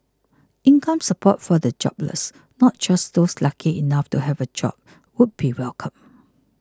income support for the jobless not just those lucky enough to have a job would be welcome